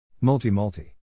Multi-Multi